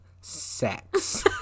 sex